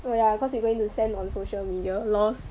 oh yeah cause you going to send on social media LOL